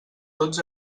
tots